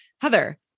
Heather